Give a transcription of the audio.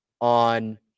on